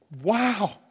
wow